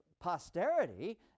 posterity